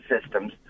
systems